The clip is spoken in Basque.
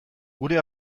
gure